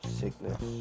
sickness